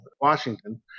Washington